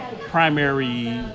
primary